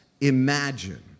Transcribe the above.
imagine